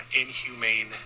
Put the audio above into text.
inhumane